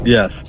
Yes